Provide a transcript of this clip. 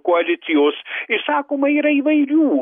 koalicijos išsakoma yra įvairių